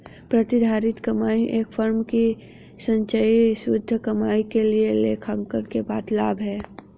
प्रतिधारित कमाई एक फर्म की संचयी शुद्ध कमाई के लिए लेखांकन के बाद लाभ है